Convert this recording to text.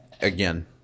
again